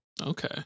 Okay